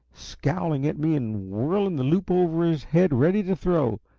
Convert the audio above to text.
scowling at me and whirling the loop over his head ready to throw.